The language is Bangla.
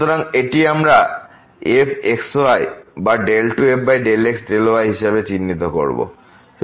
সুতরাং এটি আমরা fxy বা 2f∂x∂y হিসাবে চিহ্নিত করবো